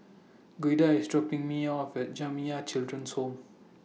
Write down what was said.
Gilda IS dropping Me off At Jamiyah Children's Home